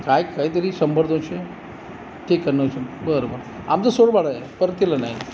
साहेब काहीतरी शंभर दोनशे ठीक आहे नऊशे बरं बरं आमचं सोड भाडं आहे परतीला नाही